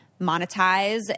monetize